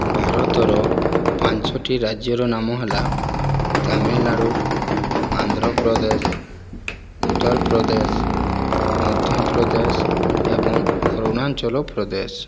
ଭାରତର ପାଞ୍ଚଟି ରାଜ୍ୟର ନାମ ହେଲା ତାମିଲନାଡୁ ଆନ୍ଧ୍ରପ୍ରଦେଶ ଉତ୍ତରପ୍ରଦେଶ ମଧ୍ୟପ୍ରଦେଶ ଏବଂ ଅରୁଣାଚଳପ୍ରଦେଶ